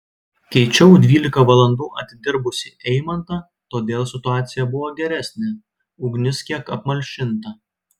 keičiau dvylika valandų atidirbusį eimantą todėl situacija buvo geresnė ugnis kiek apmalšinta